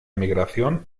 emigración